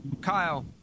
Kyle